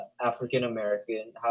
african-american